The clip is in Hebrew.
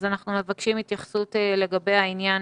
רובנו הגדול לא טיפלנו בעצמנו בגלל הסגר.